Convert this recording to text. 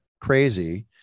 crazy